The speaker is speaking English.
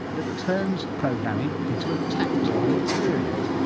that turns programming into a tactile experience.